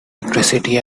electricity